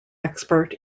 expert